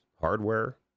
hardware